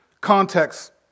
context